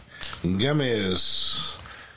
gummies